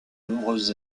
nombreuses